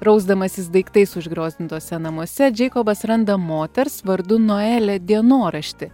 rausdamasis daiktais užgriozdintuose namuose džeikobas randa moters vardu noelė dienoraštį